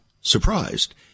surprised